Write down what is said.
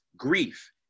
grief